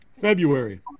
February